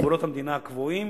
מגבולות המדינה הקבועים,